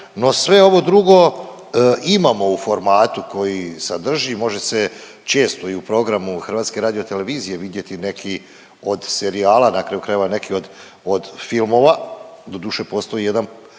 no sve ovo drugo imamo u formatu koji sadrži i može se često i u programu HRT-a vidjeti neki od serijala na kraju krajeva neki od filmova, doduše postoji jedan